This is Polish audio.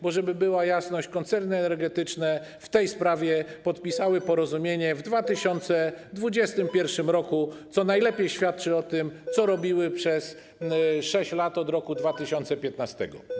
Bo żeby była jasność: koncerny energetyczne w tej sprawie podpisały porozumienie w 2021 r., co najlepiej świadczy o tym, co robiły przez 6 lat, od roku 2015.